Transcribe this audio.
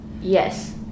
Yes